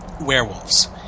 werewolves